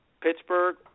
Pittsburgh